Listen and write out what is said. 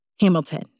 Hamilton